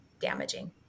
damaging